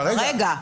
כרגע.